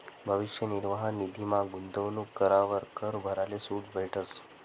भविष्य निर्वाह निधीमा गूंतवणूक करावर कर भराले सूट भेटस